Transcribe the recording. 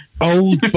Old